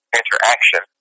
interaction